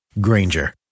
Granger